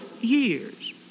years